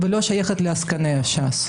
-- ולא שייכת לעסקני ש"ס.